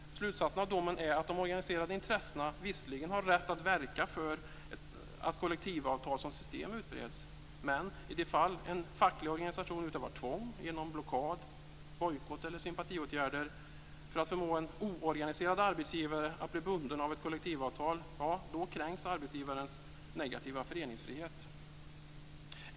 Slutsatsen av domen är att de organiserade intressena visserligen har rätt att verka för att kollektivavtal som system utbreds. Men i de fall en facklig organisation utövar tvång, genom blockad, bojkott eller sympatiåtgärder, för att förmå en oorganiserad arbetsgivare att bli bunden av ett kollektivavtal kränks arbetsgivarens negativa föreningsfrihet.